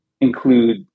include